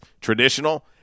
Traditional